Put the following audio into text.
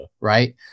right